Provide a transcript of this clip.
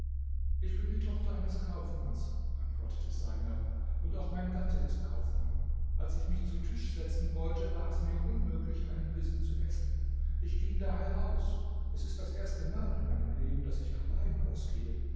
ich bin die tochter eines kaufmanns antwortete seinab und auch mein gatte ist kaufmann als ich mich zu tisch setzen wollte war mir es unmöglich einen bissen zu essen ich ging daher aus es ist das erste mal in meinem leben daß ich allein ausgehe